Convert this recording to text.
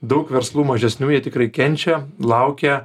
daug verslų mažesnių jie tikrai kenčia laukia